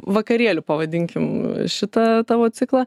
vakarėliu pavadinkim šitą tavo ciklą